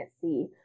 see